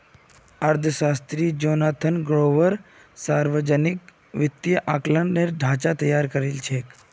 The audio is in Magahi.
अर्थशास्त्री जोनाथन ग्रुबर सावर्जनिक वित्तेर आँकलनेर ढाँचा तैयार करील छेक